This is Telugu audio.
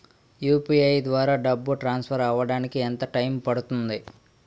యు.పి.ఐ ద్వారా డబ్బు ట్రాన్సఫర్ అవ్వడానికి ఎంత టైం పడుతుంది?